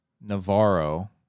Navarro